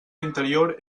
interior